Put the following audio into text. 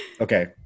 Okay